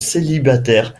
célibataires